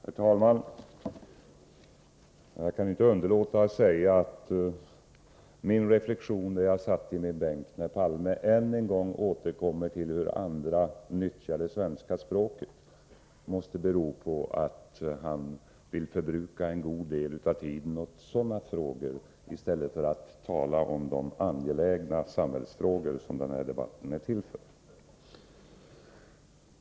Herr talman! Jag kan inte underlåta att säga att min reflexion, där jag satt i min bänk då Olof Palme än en gång återkom till hur andra nyttjar det svenska språket, var att han vill förbruka en god del av tiden till sådana frågor i stället för att tala om de angelägna samhällsfrågor som den här debatten är till för.